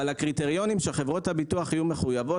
אבל הקריטריונים שחברות הביטוח יהיו מחויבות